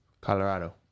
Colorado